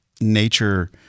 nature